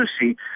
see